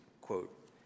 quote